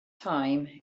time